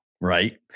Right